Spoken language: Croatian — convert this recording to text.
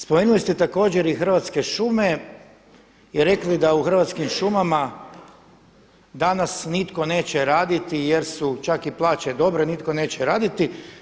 Spomenuli ste također i Hrvatske šume i rekli da u Hrvatskim šumama danas nitko neće raditi jer su čak i plaće dobre, nitko neće raditi.